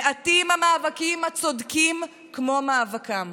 מעטים המאבקים הצודקים כמו מאבקם.